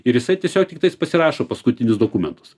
ir jisai tiesiog tiktais pasirašo paskutinius dokumentus